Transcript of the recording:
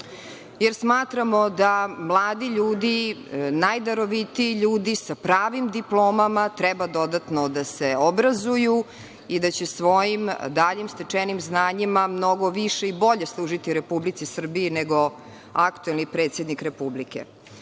jer smatramo da mladi ljudi, najdarovitiji, sa pravim diplomama treba dodatno da se obrazuju i da će svojim daljim stečenim znanjima mnogo više i bolje služiti Republici Srbiji, nego aktuelni predsednik Republike. Ono